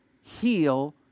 heal